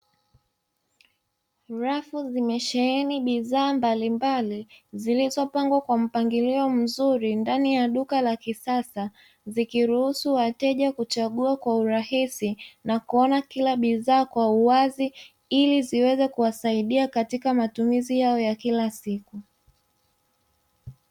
Rafu zimesheheni bidhaa mbalimbali zilizopangwa kwa mpangilio mzuri ndani ya duka la kisasa, zikiruhusu wateja kuchagua kwa urahisi na kuona kila bidhaa kwa uwazi ili ziweze kuwasaida katika matumizi yao ya kila siku.